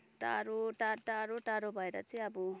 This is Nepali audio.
टाढो टा टाढो टाढो भएर चाहिँ अब